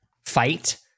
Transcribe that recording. fight